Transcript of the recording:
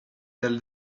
tell